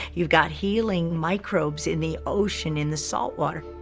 you've got healing microbes in the ocean, in the salt water.